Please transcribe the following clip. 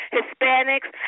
Hispanics